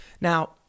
Now